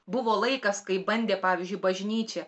buvo laikas kai bandė pavyzdžiui bažnyčia